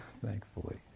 Thankfully